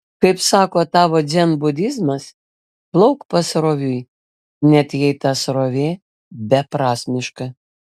kaip sako tavo dzenbudizmas plauk pasroviui net jei ta srovė beprasmiška